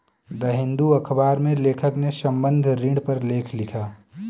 the Hindu अखबार में लेखक ने संबंद्ध ऋण पर लेख लिखा